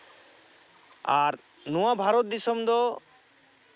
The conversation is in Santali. ᱟᱨ ᱱᱚᱣᱟ ᱵᱷᱟᱨᱚᱛ ᱫᱤᱥᱚᱢ ᱫᱚ